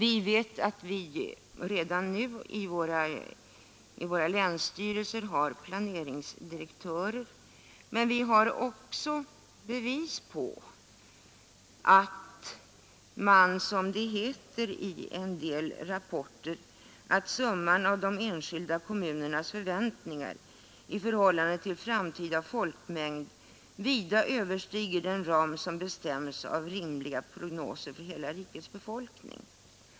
I våra länsstyrelser har vi redan nu planeringsdirektörer. Men vi har också bevis för att, som det heter i en rapport, ”sSumman av de enskilda kommunernas förväntningar i förhållande till framtida folkmängd vida överstiger den ram, som bestämmes av rimliga prognoser för hela rikets befolkning”.